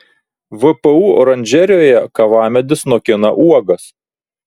vpu oranžerijoje kavamedis nokina uogas